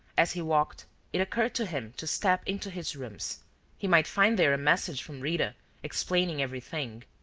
as he walked it occurred to him to step into his rooms he might find there a message from rita explaining everything.